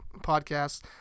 podcasts